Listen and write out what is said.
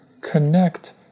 connect